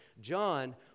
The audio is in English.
John